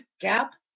gap